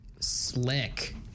slick